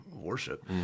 worship